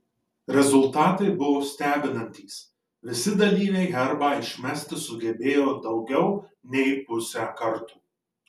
rezultatai buvo stebinantys visi dalyviai herbą išmesti sugebėjo daugiau nei pusę kartų